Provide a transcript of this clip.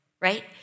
right